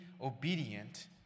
obedient